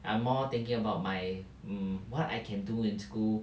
I'm more thinking about my mm what I can do in school